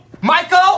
Michael